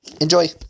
enjoy